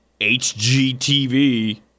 HGTV